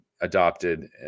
adopted